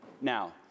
now